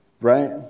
right